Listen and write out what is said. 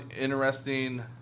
interesting